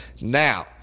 Now